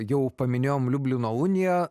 jau paminėjom liublino uniją